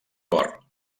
cor